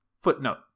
Footnote